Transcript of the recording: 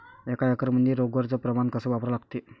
एक एकरमंदी रोगर च प्रमान कस वापरा लागते?